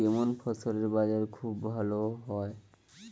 কেমন ফসলের বাজার খুব ভালো হয়?